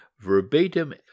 verbatim